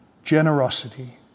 generosity